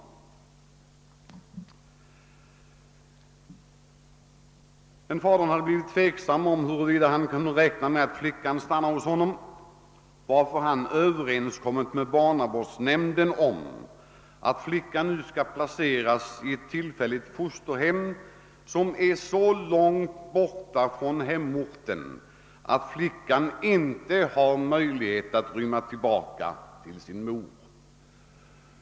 Fadern hade emellertid blivit tveksam om huruvida han kunde räkna med att flickan skulle stanna hos honom, varför han har överenskommit med barnavårdsnämnden om att flickan nu skall placeras i ett tillfälligt fosterhem, som är så långt borta från hemorten att flickan inte har möjlighet att rymma tillbaka till sin mor.